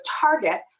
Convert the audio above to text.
target